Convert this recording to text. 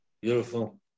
Beautiful